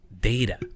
data